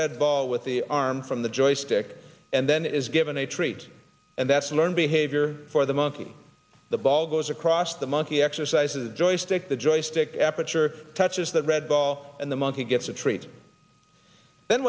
red ball with the arm from the joystick and then is given a treat and that's a learned behavior for the monkey the ball goes across the monkey exercises joystick the joystick aperture touches the red ball and the monkey gets a treat then